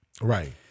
Right